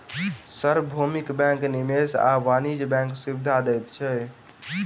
सार्वभौमिक बैंक निवेश आ वाणिज्य बैंकक सुविधा दैत अछि